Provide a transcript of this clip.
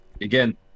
again